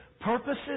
Purposes